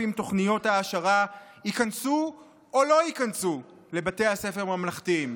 תוכניות ההעשרה ייכנסו או לא ייכנסו לבתי הספר הממלכתיים.